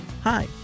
Hi